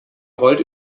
rollt